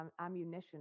ammunition